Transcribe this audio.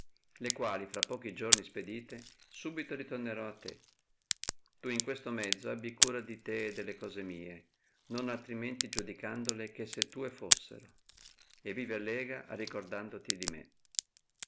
le quali fra pochi giorni ispedite subito ritornerò a te tu in questo mezzo abbi cura di te e delle cose mie non altrimenti giudicandole che se tue fussero e vivi allegra arricordandoti di me